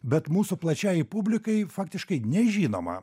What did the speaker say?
bet mūsų plačiajai publikai faktiškai nežinomą